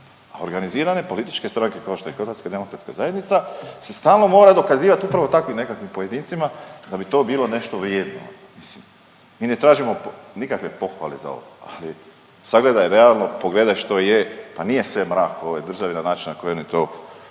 a organizirane političke stranke, kao što je HDZ se stalno mora dokazivati upravo takvim nekakvim pojedincima da bi to bilo nešto vrijedno. Mislim, mi ne tražimo nikakve pohvale za ovo, ali sagledaj realno, pogledaj što je. Pa nije sve mrak u ovoj državi na način na koji oni to